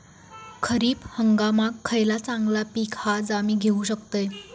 खरीप हंगामाक खयला चांगला पीक हा जा मी घेऊ शकतय?